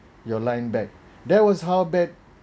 your line back that was how bad